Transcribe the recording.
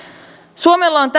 suomella on